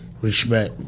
Respect